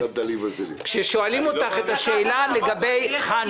כששואלים אותך לגבי חנוכה?